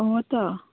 हो त